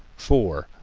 four.